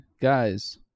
guys